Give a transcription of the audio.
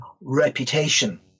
reputation